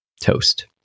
toast